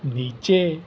નીચે